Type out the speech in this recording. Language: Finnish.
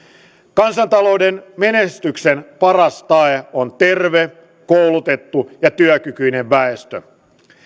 kansantalouden menestyksen paras tae on terve koulutettu ja työkykyinen väestö